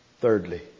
Thirdly